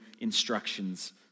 instructions